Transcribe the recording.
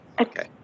Okay